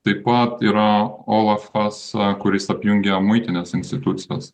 taip pat yra olafas kuris apjungia muitinės institucijos